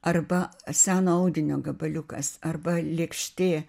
arba seno audinio gabaliukas arba lėkštė